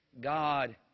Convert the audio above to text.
God